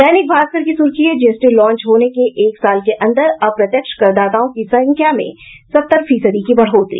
दैनिक भास्कर की सुर्खी है जीएसटी लॉन्च होने के एक साल के अंदर अप्रत्यक्ष करदाताओं की संख्या में सत्तर फीसदी की बढ़ोतरी